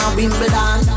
Wimbledon